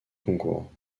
concours